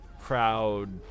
crowd